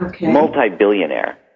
Multi-billionaire